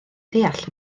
ddeall